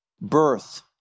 birth